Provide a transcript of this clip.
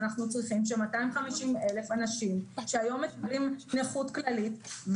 אז אנחנו צריכים ש-250 אלף אנשים עם נכות כללית,